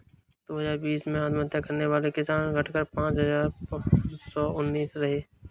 दो हजार बीस में आत्महत्या करने वाले किसान, घटकर पांच हजार पांच सौ उनासी रहे